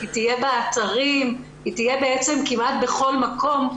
היא תהיה באתרים, היא תהיה כמעט בכל מקום.